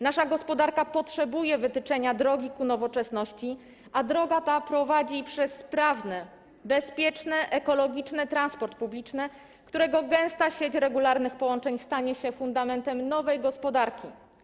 Nasza gospodarka potrzebuje wytyczenia drogi ku nowoczesności, a droga ta prowadzi przez sprawny, bezpieczny, ekologiczny transport publiczny, którego gęsta sieć regularnych połączeń stanie się fundamentem nowej gospodarki.